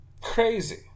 Crazy